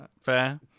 fair